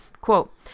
quote